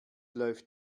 läuft